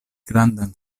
grandan